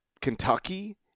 Kentucky